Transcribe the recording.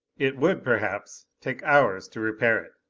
it would perhaps take hours to repair it.